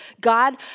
God